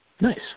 Nice